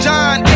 John